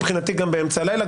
מבחינתי גם באמצע הלילה,